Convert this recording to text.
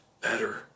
better